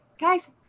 guys